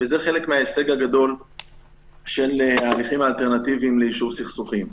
וזה חלק מההישג הגדול של ההליכים האלטרנטיביים ליישוב סכסוכים.